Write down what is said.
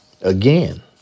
again